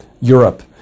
Europe